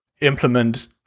implement